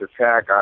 attack